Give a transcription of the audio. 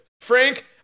frank